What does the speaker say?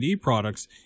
products